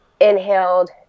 inhaled